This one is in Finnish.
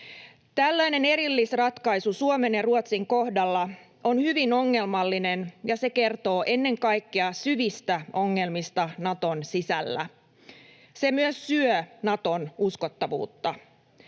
Tällainen erillisratkaisu Suomen ja Ruotsin kohdalla on hyvin ongelmallinen, ja se kertoo ennen kaikkea syvistä ongelmista Naton sisällä. Se myös syö Naton uskottavuutta.